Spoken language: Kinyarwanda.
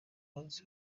umunsi